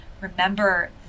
remember